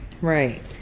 Right